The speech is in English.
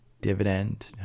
Dividend